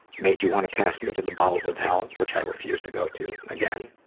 made you wanna cast me to the bowels of hell which i refuse to go to. again,